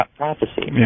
prophecy